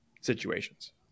situations